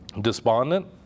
despondent